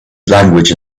language